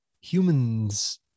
humans